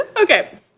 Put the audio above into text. Okay